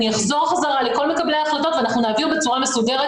אני אחזור חזרה לכל מקבלי ההחלטות ואנחנו נעביר בצורה מסודרת